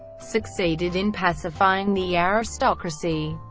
succeeded in pacifying the aristocracy,